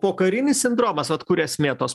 pokarinis sindromas vat kur esmė tos